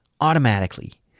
automatically